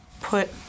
put